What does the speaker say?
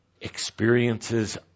experiences